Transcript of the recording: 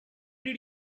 did